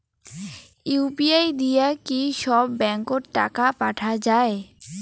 UPI দিয়া কি সব ব্যাংক ওত টাকা পাঠা যায়?